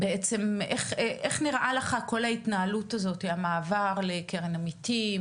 איך נראה לך כל ההתנהלות הזאת, המעבר לקרן עמיתים,